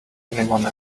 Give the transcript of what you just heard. anyone